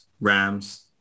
Rams